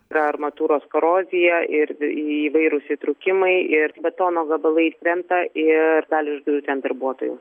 yra armatūros korozija ir įvairūs įtrūkimai ir betono gabalais krenta ir gali užgriūti ant darbuotojų